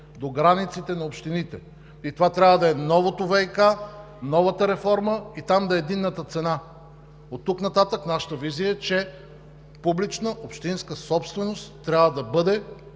до границите на общините и това трябва да е новото ВиК, новата реформа и там да е единната цена. Оттук нататък нашата визия е, че публична общинска собственост трябва да бъде